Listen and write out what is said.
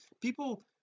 people